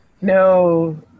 no